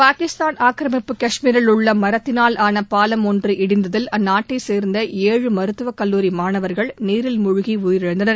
பாகிஸ்தான் ஆக்கிரமிப்பு காஷ்மீரில் உள்ள மரத்தினால் ஆன பாலம் ஒன்று இடிந்ததில் அந்நாட்டைச் சேர்ந்த ஏழு மருத்துவக்கல்லூரி மாணவர்கள் நீரில் மூழ்கி உயிரிழந்தனர்